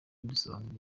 dusobanura